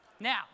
Now